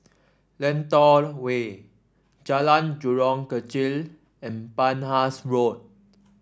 Lentor Way Jalan Jurong Kechil and Penhas Road